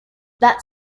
that